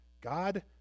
God